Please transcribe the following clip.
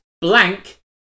blank